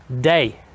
day